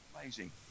Amazing